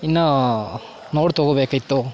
ಇನ್ನೂ ನೋಡಿ ತೊಗೋಬೇಕಿತ್ತು